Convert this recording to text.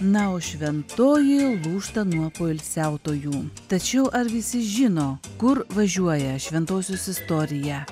na o šventoji lūžta nuo poilsiautojų tačiau ar visi žino kur važiuoja šventosios istorija